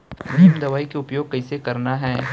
नीम दवई के उपयोग कइसे करना है?